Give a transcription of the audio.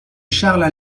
charles